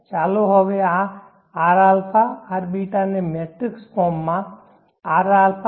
ચાલો હવે આ rα rβ ને મેટ્રિક્સ ફોર્મ rαjrβ માં રજૂ કરીએ